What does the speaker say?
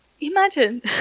Imagine